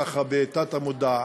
ככה בתת-מודע,